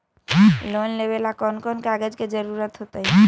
Loan लेवेला कौन कौन कागज के जरूरत होतई?